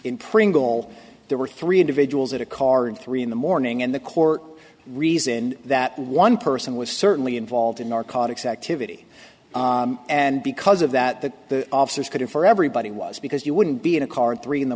pringle there were three individuals in a car and three in the morning and the court reasoned that one person was certainly involved in narcotics activity and because of that that the officers could have for everybody was because you wouldn't be in a car at three in the